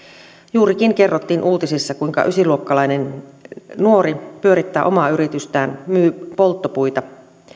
juurikin kerrottiin uutisissa kuinka yhdeksäs luokkalainen nuori pyörittää omaa yritystään myy polttopuita